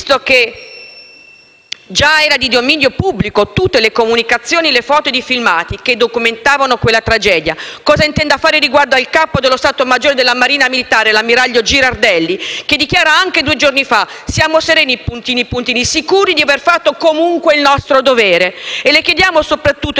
già erano di dominio pubblico tutte le comunicazioni, le foto e i filmati che documentano quella tragedia. Cosa intenda fare riguardo al capo di stato maggiore della Marina militare, ammiraglio Girardelli, che due giorni fa ha dichiarato: «siamo sereni (...) sicuri di aver fatto comunque il nostro dovere». Le chiediamo, soprattutto, di evitare dì prendere in giro